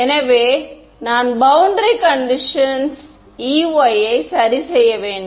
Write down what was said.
எனவே நான் boundary conditions Ey யை சரி செய்ய வேண்டும்